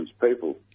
people